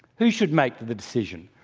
who should make the decision?